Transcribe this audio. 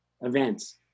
events